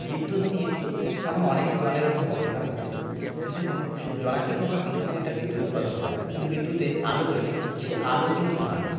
বিদ্যুৎ নিয়ে এখন অনেকেই অনেক রকম গবেষণা করছে দেখুন জোনাকি পোকার পিছনে একটা বিদ্যুৎ উৎপাদন হয় কিন্তু বিদ্যুতে আলো জ্বলে সে আলো কিন্তু ঠান্ডা